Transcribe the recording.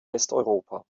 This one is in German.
westeuropa